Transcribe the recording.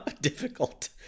difficult